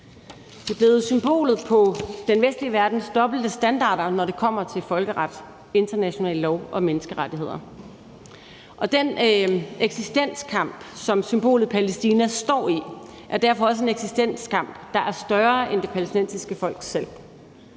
Det er blevet symbolet på den vestlige verdens dobbelte standarder, når det kommer til folkeret, international lov og menneskerettigheder. Og den eksistenskamp, som symbolet Palæstina står i, er derfor også en eksistenskamp, der er større end det palæstinensiske folk selv.